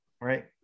Right